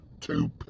two